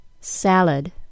Salad